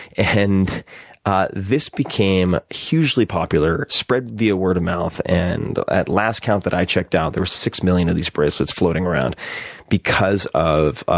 and ah this became hugely popular, spread via word of mouth and at last count that i checked out, there were six million of these bracelets floating around because of,